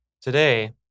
today